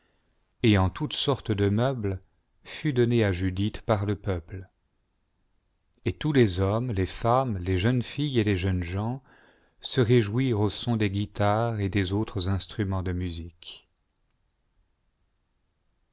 et en toute sorte de meubles fut lonné à judith par le peuple et tous les hommes les femmes les jeunes filles et les ieunes gens se réjouirent au son des guitares et des autres instruments de musique